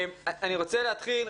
אני רוצה להתחיל.